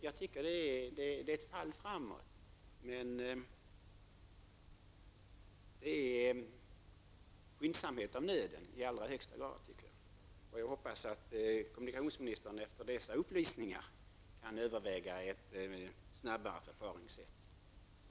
Jag tycker som sagt att detta är ett fall framåt, men skyndsamhet är i allra högsta grad av nöden. Jag hoppas att kommunikationsministern efter dessa upplysningar kan överväga ett snabbare förfarande.